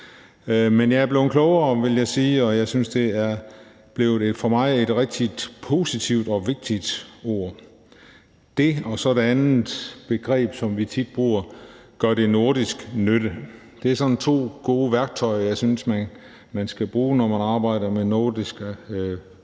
Men jeg er blevet klogere, vil jeg sige, og jeg synes, at det for mig er blevet et rigtig positivt og vigtigt ord – altså det og så det andet begreb, som vi tit bruger, nemlig: Gør det nordisk nytte? Det er sådan to gode værktøjer, jeg synes man skal bruge, når man arbejder med nordiske forhold.